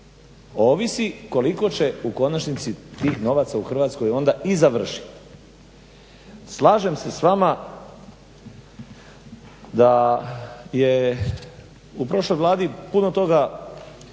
ovisi koliko će u konačnici tih novaca u Hrvatskoj onda i završiti. Slažem se s vama da je u prošloj Vladi puno toga